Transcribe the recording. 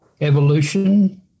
evolution